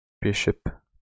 Bishop